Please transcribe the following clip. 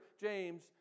James